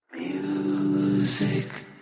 Music